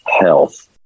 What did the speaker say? health